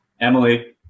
Emily